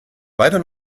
weiter